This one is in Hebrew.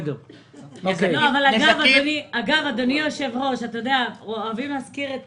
אדוני היושב-ראש, אוהבים להזכיר את